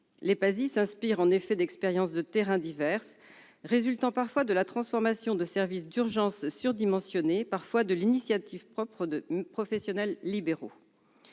Les PASI s'inspirent en effet d'expériences de terrain diverses, résultant parfois de la transformation de services d'urgence surdimensionnés, parfois de l'initiative de professionnels libéraux.